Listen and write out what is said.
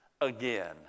again